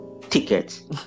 tickets